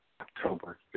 October